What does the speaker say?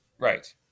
right